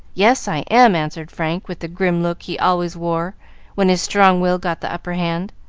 yes, i am, answered frank, with the grim look he always wore when his strong will got the upper hand.